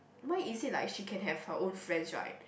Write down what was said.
why is it like she can have her own friends right